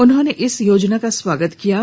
उन्होंने इस योजना का स्वागत किया है